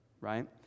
right